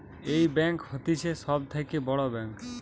এই ব্যাঙ্ক হতিছে সব থাকে বড় ব্যাঙ্ক